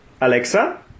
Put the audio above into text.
Alexa